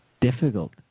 difficult